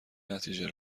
نتیجه